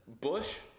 bush